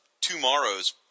Tomorrow's